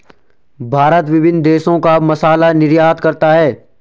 भारत विभिन्न देशों को मसाला निर्यात करता है